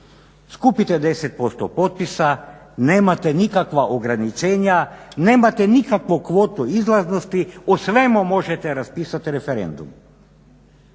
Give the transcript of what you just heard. Skupite 10% potpisa, nemate nikakva ograničenja, nemate nikakvu kvotu izlaznosti o svemu možete raspisati referendum.